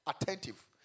attentive